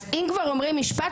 אז אם כבר אומרים משפט,